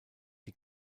die